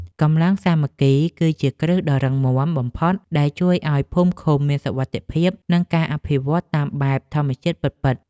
កម្លាំងសាមគ្គី គឺជាគ្រឹះដ៏រឹងមាំបំផុតដែលជួយឱ្យភូមិឃុំមានសុវត្ថិភាព និងការអភិវឌ្ឍតាមបែបធម្មជាតិពិតៗ។